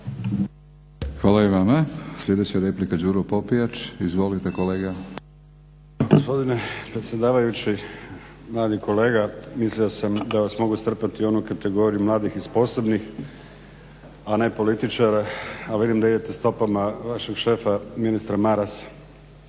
Hvala i vama. Sljedeća replika, Đuro Popijač. Izvolite kolega. **Popijač, Đuro (HDZ)** Hvala lijepo gospodine predsjedavajući. Mladi kolega mislio sam da vas mogu strpati u onu kategoriju mladih i sposobnih, a ne političara, ali vidim da idete stopama vašeg šefa ministra Marasa.